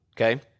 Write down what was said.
Okay